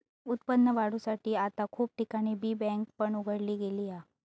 उत्पन्न वाढवुसाठी आता खूप ठिकाणी बी बँक पण उघडली गेली हा